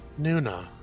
Nuna